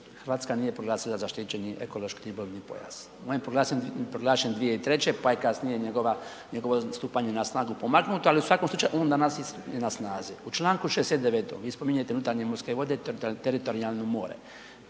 RH nije proglasila zaštićeni ekološki ribolovni pojas. On je proglašen 2003., pa je kasnije njegova, njegovo stupanje na snagu pomaknuto, ali u svakom slučaju on danas je na snazi. U čl. 69. vi spominjete unutarnje morske vode, teritorijalno more.